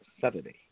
Saturday